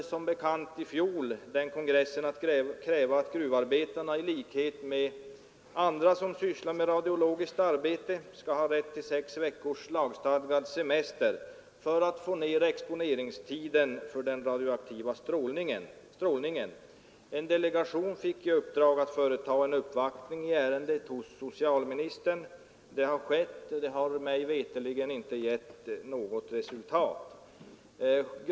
Som bekant krävde kongressen i fjol att gruvarbetarna i likhet med andra som sysslar med radiologiskt arbete skall ha rätt till sex veckors lagstadgad semester för att få ner exponeringstiden för den radioaktiva strålningen. En delegation fick i uppdrag att företa en uppvaktning i ärendet hos socialministern, men denna uppvaktning har mig veterligt inte lett till något resultat.